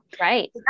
right